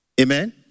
Amen